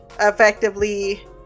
effectively